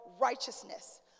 righteousness